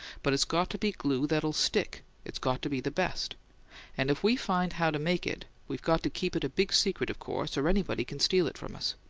but it's got to be glue that'll stick it's got to be the best and if we find how to make it we've got to keep it a big secret, of course, or anybody can steal it from us.